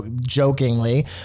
jokingly